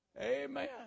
Amen